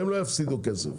הם לא יפסידו כסף.